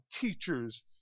teachers